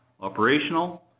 operational